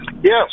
Yes